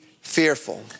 fearful